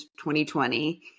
2020